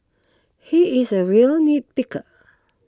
he is a real nit picker